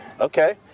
Okay